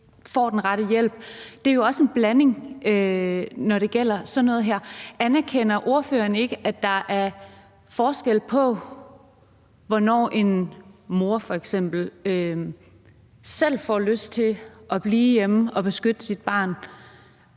Det er jo også en blanding, når det gælder sådan noget her. Anerkender ordføreren ikke, at der er forskel på, at en mor f.eks. selv får lyst til at blive hjemme og beskytte sit barn